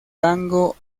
tango